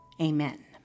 Amen